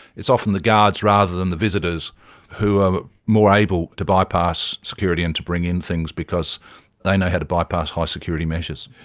it's often the guards rather than the visitors who are more able to bypass security and to bring in things because they know how to bypass high security measures.